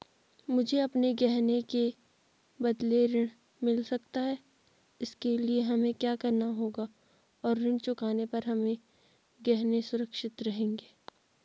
मुझे अपने गहने के बदलें ऋण मिल सकता है इसके लिए हमें क्या करना होगा और ऋण चुकाने पर हमारे गहने सुरक्षित रहेंगे?